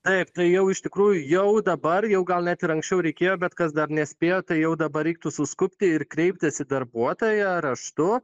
taip tai jau iš tikrųjų jau dabar jau gal net ir anksčiau reikėjo bet kas dar nespėjo tai jau dabar reiktų suskubti ir kreiptis į darbuotoją raštu